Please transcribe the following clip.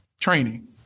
training